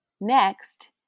next